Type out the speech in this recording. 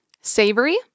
savory